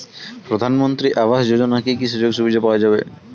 প্রধানমন্ত্রী আবাস যোজনা কি কি সুযোগ সুবিধা পাওয়া যাবে?